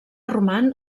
roman